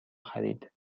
خرید